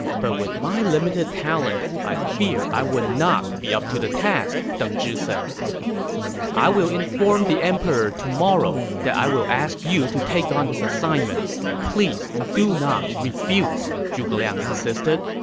but with my limited talent, i fear i would not be up to the task, deng zhi said i will inform the emperor tomorrow that i will ask you to take on this assignment please do not refuse, zhuge liang insisted.